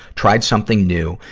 tried something new,